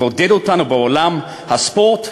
לבודד אותנו בעולם הספורט,